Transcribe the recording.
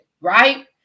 right